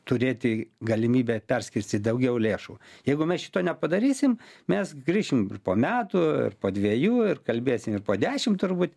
turėti galimybę perskirstyt daugiau lėšų jeigu mes šito nepadarysim mes grįšim po metų ir po dvejų ir kalbėsime ir po dešimt turbūt